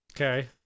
Okay